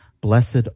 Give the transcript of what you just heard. Blessed